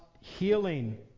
healing